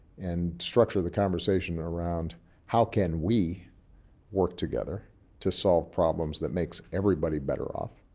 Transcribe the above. and structure the conversation around how can we work together to solve problems that makes everybody better off?